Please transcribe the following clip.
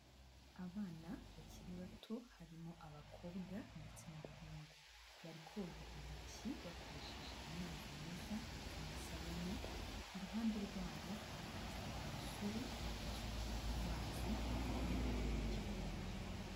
Abana bakiri bato, harimo abakobwa ndetse n'abahungu, bari koga intoki bakoresheje amazi meza ndetse n'isabune, iruhande rwabo hahagaze umusore, uri kubasukira amazi ayakura mu gikombe.